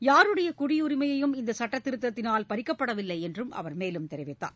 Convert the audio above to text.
யாருடைய குடியுரிமையும் இந்த சட்டதிருத்தத்தினால் பறிக்கப்படவில்லை என்றும் அவர் தெரிவித்தார்